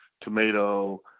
tomato